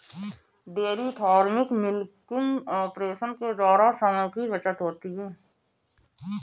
dairy farming milking operation के द्वारा समय की भी बचत होती है